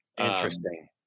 interesting